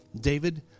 David